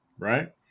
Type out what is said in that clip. Right